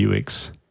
UX